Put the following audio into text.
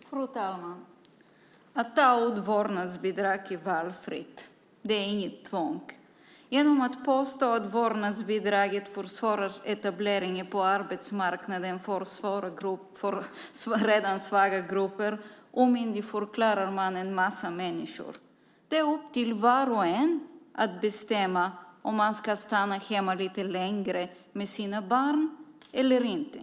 Fru talman! Att ta ut vårdnadsbidraget är valfritt; det är inget tvång. Genom att påstå att vårdnadsbidraget försvårar etableringen på arbetsmarknaden för redan svaga grupper omyndigförklarar man en massa människor. Det är upp till var och en att bestämma om han eller hon ska stanna hemma lite längre med sina barn eller inte.